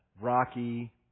Rocky